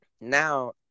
Now